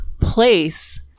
place